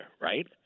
right